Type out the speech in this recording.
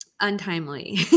untimely